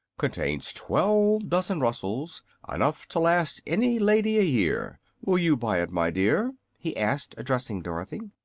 contains twelve dozen rustles enough to last any lady a year. will you buy it, my dear? he asked, addressing dorothy.